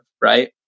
right